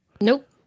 Nope